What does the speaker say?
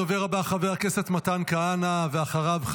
הדובר הבא, חבר הכנסת מתן כהנא, ואחריו,